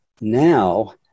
Now